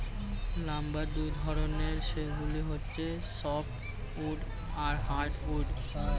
lumber দুই ধরনের, সেগুলো হচ্ছে সফ্ট উড আর হার্ড উড